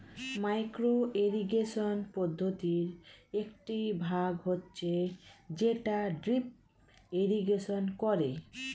micro irrigation পদ্ধতির একটি ভাগ হচ্ছে যেটা ড্রিপ ইরিগেশন করে